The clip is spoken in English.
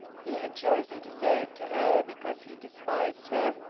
he had chosen to say it to her because he despised her,